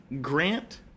Grant